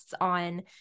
on